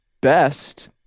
best